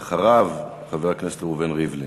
אחריו, חבר הכנסת ראובן ריבלין.